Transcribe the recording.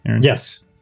yes